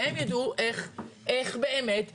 והם ידעו איך באמת לגרום,